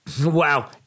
Wow